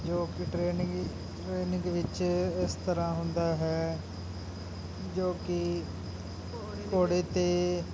ਜੋ ਕਿ training training ਵਿੱਚ ਇਸ ਤਰ੍ਹਾਂ ਹੁੰਦਾ ਹੈ ਜੋ ਕਿ ਘੋੜੇ 'ਤੇ